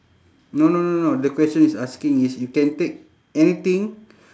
no no no no the question is asking is you can take anything